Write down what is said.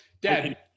dad